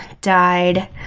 died